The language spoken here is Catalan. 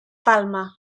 palma